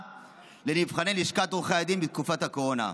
לנבחני לשכת עורכי הדין בתקופת הקורונה,